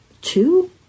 Two